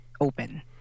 Open